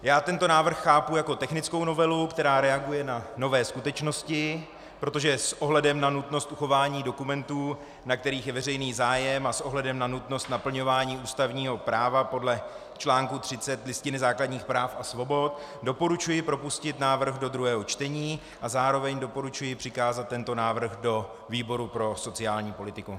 Já tento návrh chápu jako technickou novelu, která reaguje na nové skutečnosti, protože s ohledem na nutnost uchování dokumentů, na kterých je veřejný zájem, a s ohledem na nutnost naplňování ústavního práva podle článku 30 Listiny základních práv a svobod doporučuji propustit návrh do druhého čtení a zároveň doporučuji přikázat tento návrh do výboru pro sociální politiku.